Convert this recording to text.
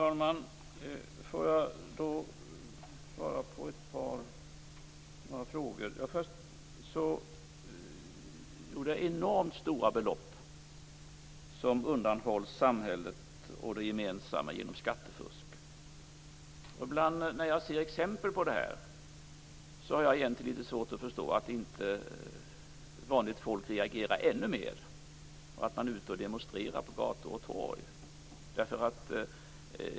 Fru talman! Först vill jag säga att det är enormt stora belopp som undanhålls samhället och det gemensamma genom skattefusk. Ibland när jag ser exempel på det här har jag litet svårt att förstå att inte vanligt folk reagerar ännu mer och är ute och demonstrerar på gator och torg.